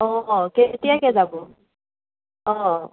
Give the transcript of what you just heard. অ' কেতিয়াকৈ যাব অ'